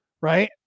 Right